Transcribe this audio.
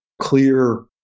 clear